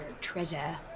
treasure